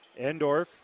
Endorf